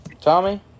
Tommy